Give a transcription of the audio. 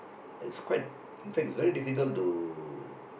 it's quite in fact is very difficult to